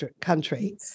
country